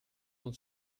von